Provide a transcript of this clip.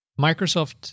Microsoft